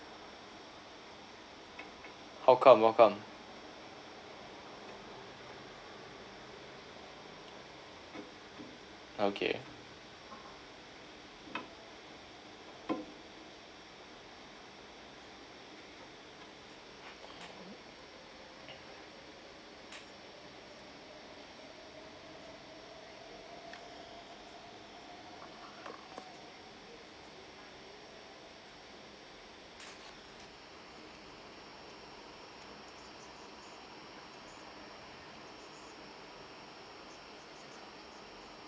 how come how come okay